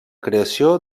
creació